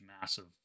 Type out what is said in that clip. massive